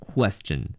Question